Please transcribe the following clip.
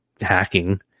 hacking